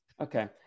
Okay